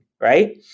Right